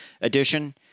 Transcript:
edition